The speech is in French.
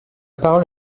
parole